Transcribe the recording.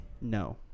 No